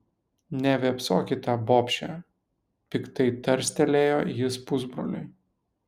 nevėpsok į tą bobšę piktai tarstelėjo jis pusbroliui